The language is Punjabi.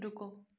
ਰੁਕੋ